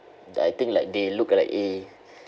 like I think like they look at like eh